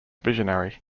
visionary